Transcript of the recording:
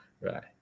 Right